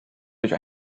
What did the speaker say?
durch